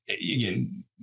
again